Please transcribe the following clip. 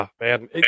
man